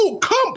come